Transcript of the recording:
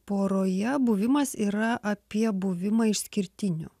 poroje buvimas yra apie buvimą išskirtiniu